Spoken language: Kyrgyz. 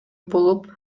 болуп